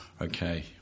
Okay